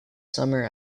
summer